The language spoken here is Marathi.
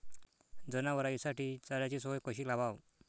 जनावराइसाठी चाऱ्याची सोय कशी लावाव?